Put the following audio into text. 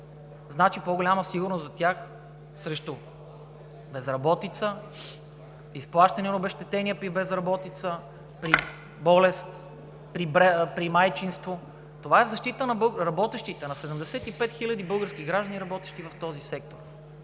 значи по-голяма сигурност за тях срещу безработица, изплащане на обезщетения при безработица, болест, майчинство. Това е защита на 75 хиляди работещи български граждани в този сектор.